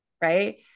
right